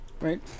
right